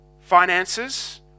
finances